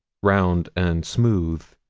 round and smooth.